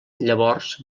llavors